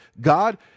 God